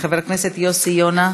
חבר הכנסת יוסי יונה,